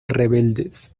rebeldes